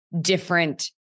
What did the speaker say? different